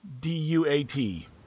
D-U-A-T